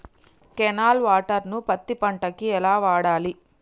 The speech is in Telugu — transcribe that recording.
కెనాల్ వాటర్ ను పత్తి పంట కి ఎలా వాడాలి?